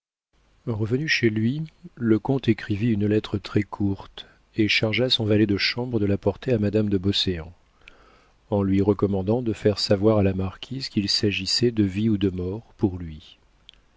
revenu chez lui le comte écrivit une lettre très courte et chargea son valet de chambre de la porter à madame de beauséant en lui recommandant de faire savoir à la marquise qu'il s'agissait de vie ou de mort pour lui